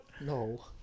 no